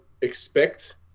expect